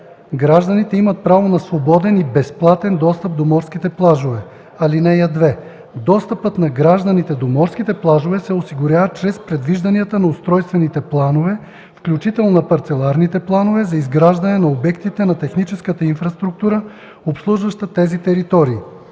Гражданите имат право на свободен и безплатен достъп до морските плажове. (2) Достъпът на гражданите до морските плажове се осигурява чрез предвижданията на устройствените планове, включително на парцеларните планове за изграждане на обектите на техническата инфраструктура, обслужваща тези територии.”